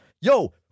Yo